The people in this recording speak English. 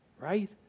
right